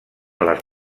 les